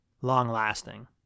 long-lasting